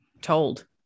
told